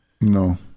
no